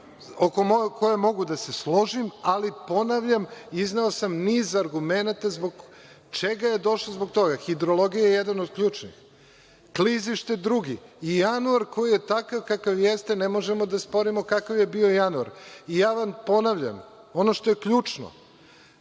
koje mogu da se složim, ali, ponavljam, izneo sam niz argumenata zbog čega je došlo do toga. Hidrologija je jedan od ključnih, klizište drugi i januar koji je takav kakav jeste i ne možemo da sporimo kakav je bio januar. Ja vam ponavljam ono što je ključno